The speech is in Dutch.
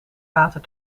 water